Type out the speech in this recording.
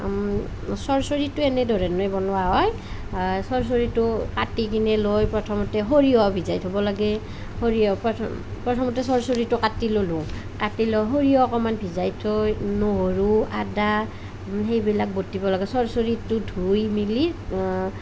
চৰ্চৰিটো এনেধৰণে বনোৱা হয় চৰ্চৰিটো কাটি কিনে লৈ প্ৰথমতে সৰিয়হ ভিজাই থব লাগে সৰিয়হ প্ৰথম প্ৰথমতে চৰ্চৰিটো কাটি ল'লোঁ কাটি লৈ সৰিয়হ অকণমান ভিজাই থৈ নহৰু আদা সেইবিলাক বতিব লাগে চৰ্চৰিটো ধুই মেলি